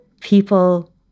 people